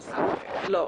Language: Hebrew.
לא.